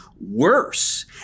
worse